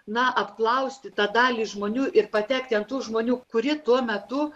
na apklausti tą dalį žmonių ir patekti ant tų žmonių kurie tuo metu